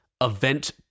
event